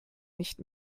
nicht